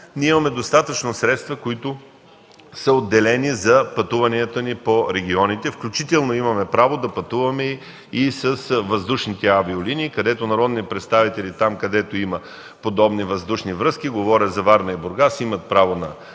имаме достатъчно средства, отделени за пътуванията ни по регионите. Включително имаме право да пътуваме и с въздушните авиолинии, където народни представители там, където има подобни въздушни връзки (говоря за Варна и Бургас), имат право на